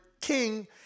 king